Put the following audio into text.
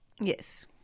Yes